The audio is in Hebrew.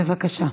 בבקשה.